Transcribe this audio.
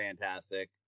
fantastic